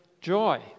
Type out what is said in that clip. joy